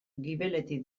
gibeletik